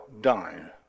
done